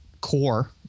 core